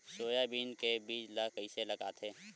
Soybean के बीज ल कइसे लगाथे?